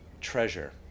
treasure